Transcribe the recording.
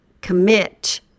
commit